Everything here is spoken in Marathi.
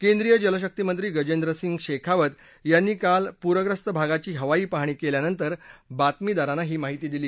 केंद्रीय जलशक्तीमंत्री गजेंद्र सिंग शेखावत यांनी काल पूर्यस्त भागाची हवाई पाहणी केल्यानंतर बातमीदारांना ही माहिती दिली